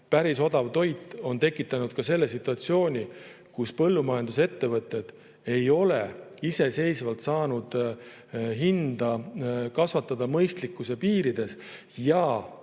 päris odav toit on tekitanud selle situatsiooni, kus põllumajandusettevõtted ei ole iseseisvalt saanud mõistlikkuse piirides